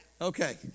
Okay